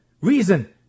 reason